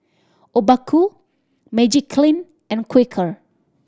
Obaku Magiclean and Quaker